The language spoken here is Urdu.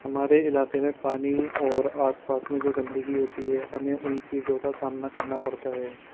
ہمارے علاقے میں پانی اور آس پاس میں جو گندگی ہوتی ہے ہمیں اُن چیزوں کا سامنا کرنا پڑتا ہے